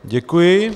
Děkuji.